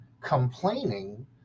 complaining